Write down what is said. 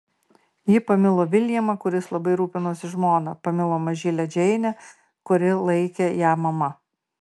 ji pamilo viljamą kuris labai rūpinosi žmona pamilo mažylę džeinę kuri laikė ją mama